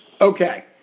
Okay